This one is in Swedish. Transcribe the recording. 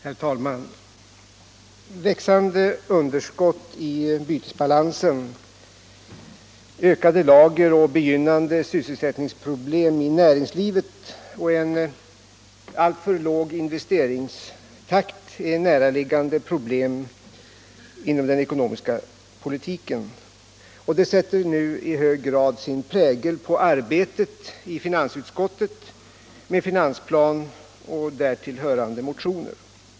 Herr talman! Växande underskott i bytesbalansen, ökade lager och begynnande sysselsättningssvårigheter i näringslivet och en alltför låg investeringstakt är näraliggande problem inom den ekonomiska politiken, och de sätter nu i hög grad sin prägel på arbetet i finansutskottet med finansplan och därtill hörande motioner.